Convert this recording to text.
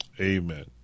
amen